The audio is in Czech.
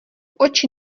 oči